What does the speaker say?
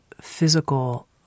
physical